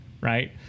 right